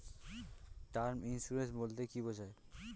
Term insurance বলতে কী বোঝায়?